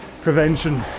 prevention